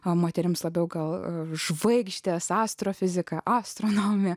o moterims labiau gal žvaigždės astrofizika astronomija